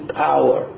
power